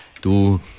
du